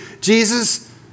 Jesus